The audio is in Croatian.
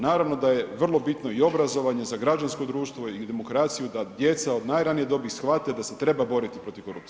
Naravno da je vrlo bitno i obrazovanje za građansko društvo i demokraciju da djeca od najranije dobi shvate da se treba boriti protiv korupcije.